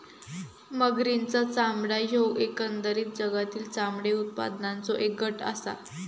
मगरींचा चामडा ह्यो एकंदरीत जगातील चामडे उत्पादनाचों एक गट आसा